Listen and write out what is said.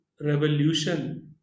revolution